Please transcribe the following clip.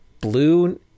blue